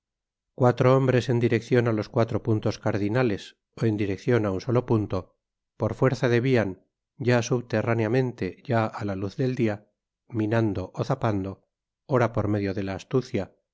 cuatro hombres en direccion á los cuatro puntos cardinales ó en direccion á un solo punto por fuerza debian ya subterráneamente ya á la luz del dia minando ó zapando ora por medio de la astucia